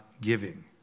giving